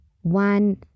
One